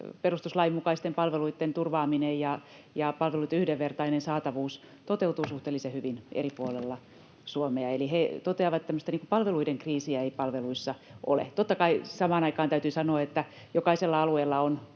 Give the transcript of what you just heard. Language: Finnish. perustuslain mukaisten palveluitten turvaaminen ja palveluitten yhdenvertainen saatavuus toteutuu suhteellisen hyvin eri puolilla Suomea. Eli he toteavat, että tämmöistä palveluiden kriisiä ei palveluissa ole. Totta kai samaan aikaan täytyy sanoa, että jokaisella alueella on